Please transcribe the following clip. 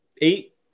eight